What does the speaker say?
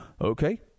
Okay